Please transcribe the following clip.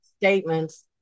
statements